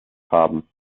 farben